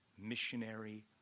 missionary